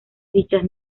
dichas